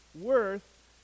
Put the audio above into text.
worth